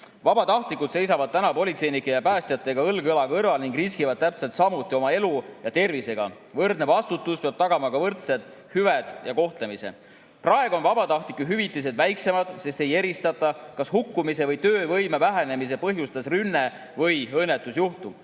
Vabatahtlikud seisavad politseinike ja päästjatega õlg õla kõrval ning riskivad täpselt samuti oma elu ja tervisega. Võrdne vastutus peab tagama ka võrdsed hüved ja kohtlemise. Praegu on vabatahtlike hüvitised väiksemad, sest ei eristata, kas hukkumise või töövõime vähenemise põhjustas rünne või õnnetusjuhtum.